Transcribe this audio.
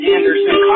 Anderson